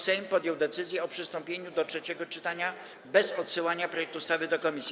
Sejm podjął decyzję o przystąpieniu do trzeciego czytania bez odsyłania projektu ustawy do komisji.